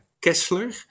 Kessler